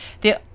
The-